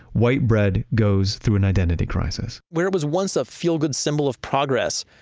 white bread goes through an identity crisis where it was once a feel good symbol of progress,